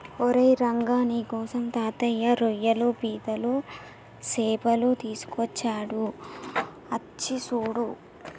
ఓరై రంగ నీకోసం తాతయ్య రోయ్యలు పీతలు సేపలు తీసుకొచ్చాడు అచ్చి సూడు